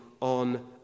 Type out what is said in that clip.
on